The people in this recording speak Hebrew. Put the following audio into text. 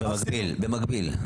במקביל, במקביל.